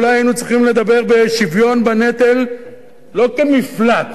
אולי היינו צריכים לדבר בשוויון בנטל לא כמפלט